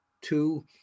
two